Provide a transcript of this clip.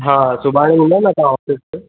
हा सुभाणे ईंदा न तव्हां ऑफ़िस ते